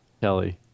Kelly